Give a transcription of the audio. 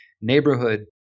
neighborhood